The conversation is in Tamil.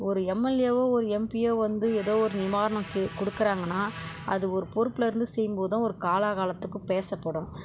ஒரு எம்எல்ஏவோ ஒரு எம்பியோ வந்து ஏதோ ஒரு நிவாரணம் கி கொடுக்குறாங்கன்னா அது ஒரு பொறுப்புலிருந்து செய்யும் போது தான் ஒரு காலா காலத்துக்கு பேசப்படும்